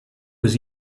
was